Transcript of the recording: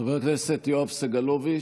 חבר הכנסת יואב סגלוביץ'